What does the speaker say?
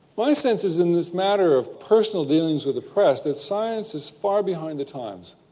my sense is, in this matter of personal dealings with the press, that science is far behind the times.